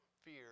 Fear